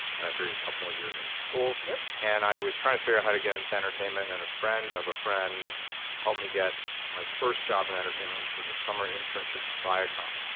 and i figured couple more years in school, yeah and i was trying to figure out how to get into entertainment, and a friend of a friend helped me get my first job in entertainment, which was a summer internship in viacom.